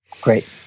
great